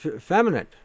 feminine